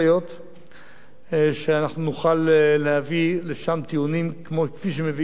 שנוכל להביא לשם טיעונים כפי שמביאים לפני בית-דין של צדק,